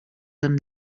amb